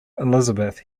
elizabeth